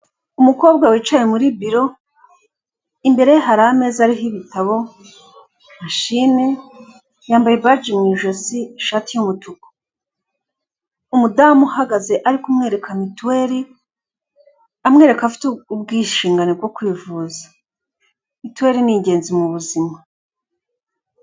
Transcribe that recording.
Umukobwa wicaye muri biro imbere ye hari ameza ariho ibitabo mashine yambaye ibaji mu ijosi ishati y'umutuku. Umudamu uhagaze ari kumwereka mituweli, amwereka afite ubwishingane bwo kwivuza, mituweli ni ingenzi mu buzima.